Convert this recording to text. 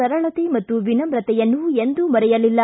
ಸರಳತೆ ಮತ್ತು ವಿನವುತೆಯನ್ನು ಎಂದು ಮರೆಯಲಿಲ್ಲ